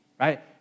right